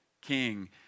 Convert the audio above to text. king